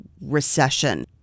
recession